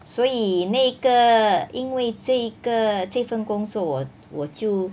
所以那个因为这个这份工作我我就